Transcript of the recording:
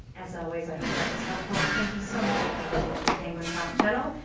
as always, i hope that was helpful. thank you so much for visiting the penguin prof channel.